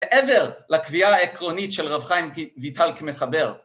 עבר לקביעה העקרונית של רב חיים ויטלק מחבר.